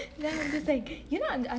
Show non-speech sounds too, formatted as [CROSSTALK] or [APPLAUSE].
[LAUGHS]